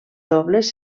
dobles